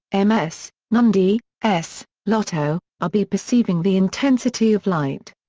m. s, nundy, s, lotto, r. b. perceiving the intensity of light.